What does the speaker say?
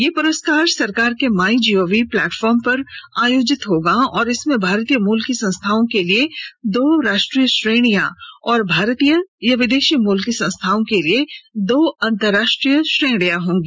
यह पुरस्कार सरकार के माई गोव प्लेटफार्म पर आयोजित होगा और इसमें भारतीय मूल की संस्थाओं के लिए दो राष्ट्रीय श्रेणियां और भारतीय या विदेशी मूल की संस्थाओं के लिए दो अंतर्राष्ट्रीय श्रेणियां होंगी